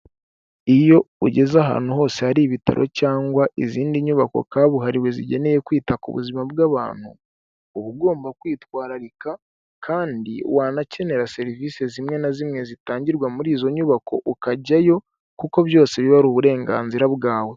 Iyo ugeze ahantu hose hari ibitaro cyangwa izindi nyubako kabuhariwe zigenewe kwita ku buzima bw'abantu, uba ugomba kwitwararika kandi wanakenera serivisi zimwe na zimwe zitangirwa muri izo nyubako ukajyayo, kuko byose biba ari uburenganzira bwawe.